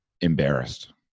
embarrassed